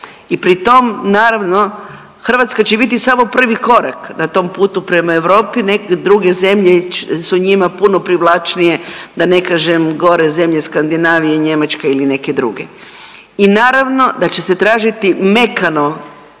I pritom naravno Hrvatska će biti samo prvi korak na tom putu prema Europi. Druge zemlje su njima puno privlačnije, da ne kažem gore zemlje Skandinavije, Njemačke ili neke druge. I naravno da će se tražiti mekano